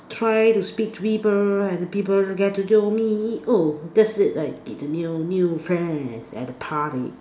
try to speak to people and the people get to do me oh that's it like get a new new friends at a party